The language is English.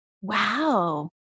Wow